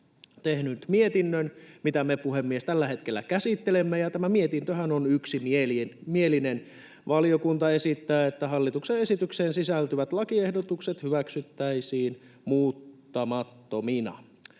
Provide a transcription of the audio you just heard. tehnyt mietinnön, mitä me, puhemies, tällä hetkellä käsittelemme, ja tämä mietintöhän on yksimielinen. Valiokunta esittää, että hallituksen esitykseen sisältyvät lakiehdotukset hyväksyttäisiin muuttamattomina.